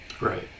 right